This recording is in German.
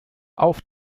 auf